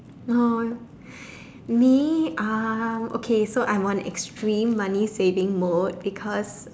no me uh okay so I'm on extreme money saving mode because